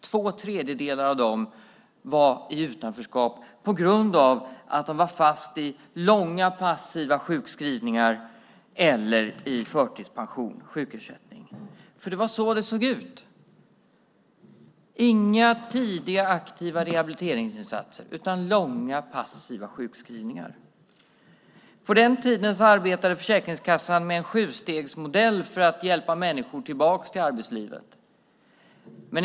Två tredjedelar av dem var i utanförskap på grund av att de var fast i långa passiva sjukskrivningar eller i förtidspension och sjukersättning. Det var så det såg ut. Det var inga tidiga aktiva rehabiliteringsinsatser, utan långa passiva sjukskrivningar. På den tiden arbetade Försäkringskassan med en sjustegsmodell för att hjälpa människor tillbaka till arbetslivet.